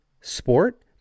sport